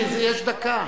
כי יש דקה.